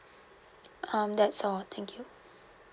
um that's all thank you